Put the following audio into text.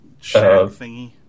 thingy